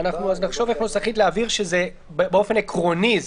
--- נחשוב נוסחית איך להבהיר שזה באופן עקרוני,